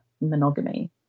monogamy